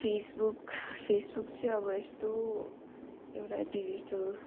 Facebook Facebook चाहिँ अब यस्तो एउटा डिजिटल